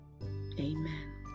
Amen